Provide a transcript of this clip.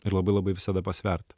ir labai labai visada pasvert